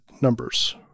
numbers